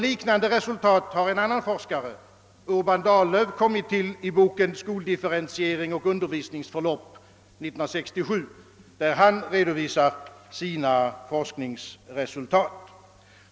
Liknande resultat har en annan forskare, Urban Dahllöf, kommit till. I boken Skoldifferentiering och undervisningsförlopp redovisar han sina forskningsresultat.